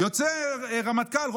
יוצא רמטכ"ל,